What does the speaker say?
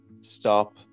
stop